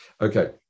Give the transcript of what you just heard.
okay